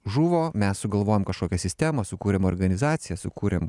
žuvo mes sugalvojom kažkokią sistemą sukūrėm organizaciją sukūrėm